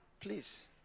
Please